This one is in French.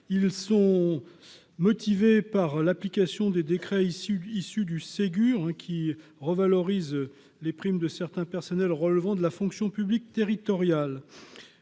Ils sont liés à l'application des décrets issus du Ségur de la santé, qui revalorisent les primes de certains personnels relevant de la fonction publique territoriale.